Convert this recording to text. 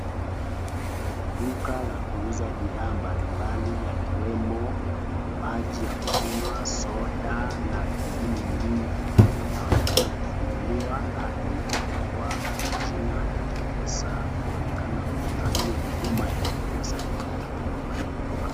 Duka la kuuza bidhaa mbali mbali ya biashara ikiwemo maji ya kunywa, soda na vingine mingi. Inaonekana kufunguliwa na imeandikwa jina Mpesa, kuonekana kuna hiyo huduma ya Mpesa ambayo inatolewa kwa hiyo duka.